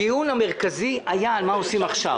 הדיון המרכזי היה על מה עושים עכשיו.